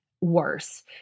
worse